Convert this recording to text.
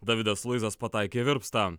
davidas luizas pataikė virpstą